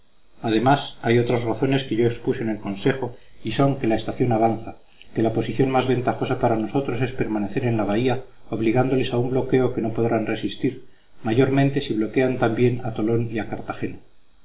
además hay otras razones que yo expuse en el consejo y son que la estación avanza que la posición más ventajosa para nosotros es permanecer en la bahía obligándoles a un bloqueo que no podrán resistir mayormente si bloquean también a tolón y a cartagena